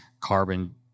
carbon